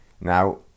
Now